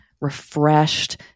refreshed